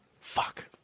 Fuck